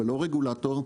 ולא רגולטור,